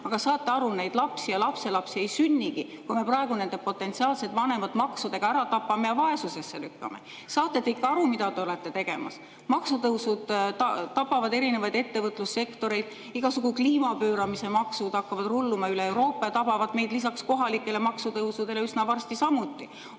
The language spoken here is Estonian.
Aga saate aru, neid lapsi ja lapselapsi ei sünnigi, kui me praegu nende potentsiaalsed vanemad maksudega ära tapame ja vaesusesse lükkame. Saate te ikka aru, mida te olete tegemas? Maksutõusud tapavad erinevaid ettevõtlussektoreid, igasugu kliimapööramise maksud hakkavad rulluma üle Euroopa ja tabavad meid lisaks kohalikele maksutõusudele üsna varsti samuti.